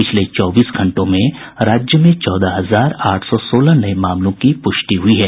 पिछले चौबीस घंटों में राज्य में चौदह हजार आठ सौ सोलह नये मामलों की पुष्टि हुई है